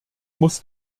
muss